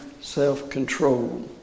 self-control